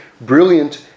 brilliant